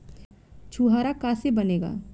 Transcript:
छुआरा का से बनेगा?